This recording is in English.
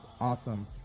awesome